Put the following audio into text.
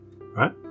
right